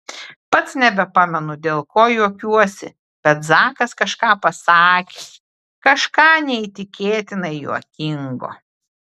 pats nebepamenu dėl ko juokiuosi bet zakas kažką pasakė kažką neįtikėtinai juokingo